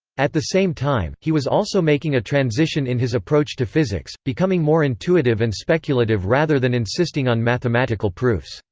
at the same time, he was also making a transition in his approach to physics, becoming more intuitive and speculative rather than insisting on mathematical proofs.